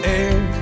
air